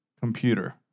computer